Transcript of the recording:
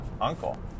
uncle